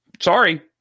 Sorry